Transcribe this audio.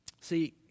See